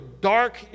dark